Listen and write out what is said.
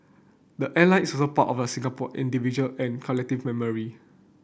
the airline is also part of the Singapore individual and collective memory